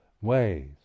ways